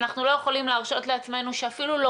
אנחנו לא יכולים להרשות לעצמנו שאפילו לא